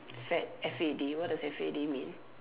fad F A D what does F A D mean